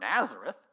Nazareth